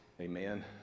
Amen